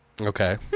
Okay